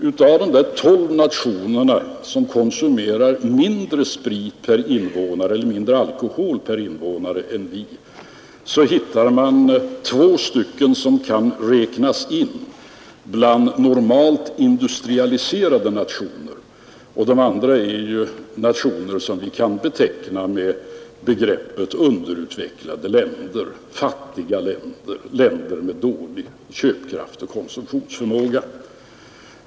Bland de 12 nationer som konsumerar mindre alkohol per invånare än vi hittar man 2 stycken som kan räknas in bland normalt industrialiserade nationer, medan de andra är nationer som vi kan beteckna med begreppet underutvecklade länder, fattiga länder, länder med dålig köpkraft och konsumtionsförmåga.